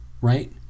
right